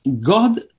God